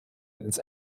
ins